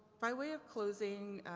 by way of closing,